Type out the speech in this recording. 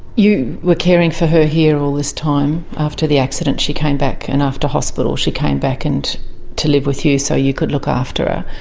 you were caring for her here all this time. after the accident she came back and after hospital she came back and to live with you so you could look after